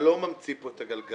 לא ממציא פה את הגלגל.